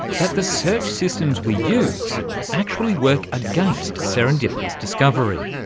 that the search systems we use actually work against serendipitous discovery.